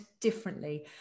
Differently